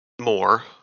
more